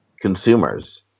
consumers